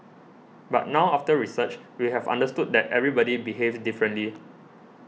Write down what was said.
but now after research we have understood that everybody behaves differently